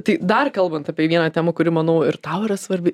tai dar kalbant apie vieną temą kuri manau ir tau yra svarbi